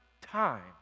time